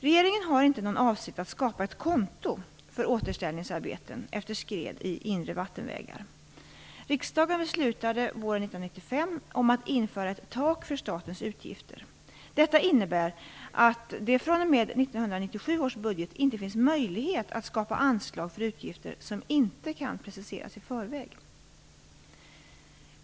Regeringen har inte någon avsikt att skapa ett konto för återställningsarbeten efter skred i inre vattenvägar. Riksdagen beslutade våren 1995 om att införa ett tak för statens utgifter. Detta innebär att det fr.o.m. 1997 års budget inte finns möjlighet att skapa anslag för utgifter som inte kan preciseras i förväg.